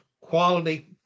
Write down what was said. quality